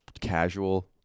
casual